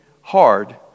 hard